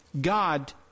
God